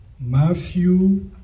Matthew